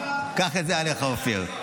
קח את זה עליך, אופיר.